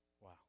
Wow